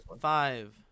Five